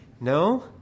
No